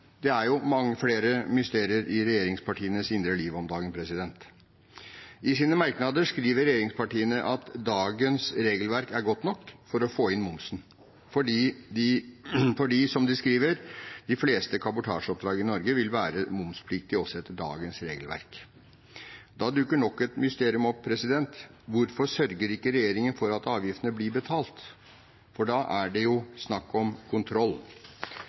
det er jo mange flere mysterier i regjeringspartienes indre liv om dagen. I sine merknader skriver regjeringspartiene at dagens regelverk er godt nok for å få inn momsen, fordi, som de skriver, de fleste kabotasjeoppdrag i Norge vil være momspliktige også etter dagens regelverk. Da dukker nok et mysterium opp: Hvorfor sørger ikke regjeringen for at avgiftene blir betalt? For da er det jo snakk om kontroll.